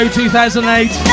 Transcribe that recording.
2008